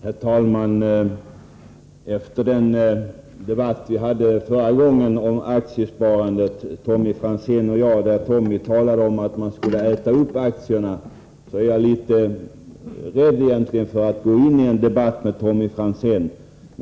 Herr talman! Efter den debatt vi tidigare hade om aktiesparandet, Tommy Franzén och jag, där Tommy Franzén talade om att man skulle äta upp aktierna är jag egentligen litet rädd för att på nytt gå in i en debatt med honom.